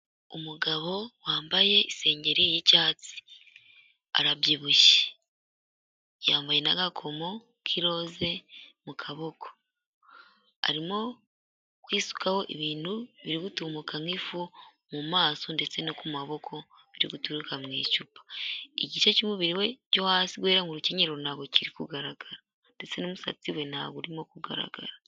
Umugabo wambaye isengeri y'icyatsi arabyibushye n'agakomo k'irose mu kaboko arimo kwisukaho ibintu biri Gutumuka nk'ifu mu maso ndetse no ku maboko guturuka mu icupa igice cy'umubiri we hasi mu rukenyerero n'aho kiri kugaragara ndetse n'umusatsi we ntabwo urimo kugaragara.